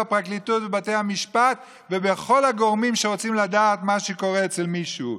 בפרקליטות ובבתי המשפט ובכל הגורמים שרוצים לדעת מה שקורה אצל מישהו.